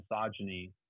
misogyny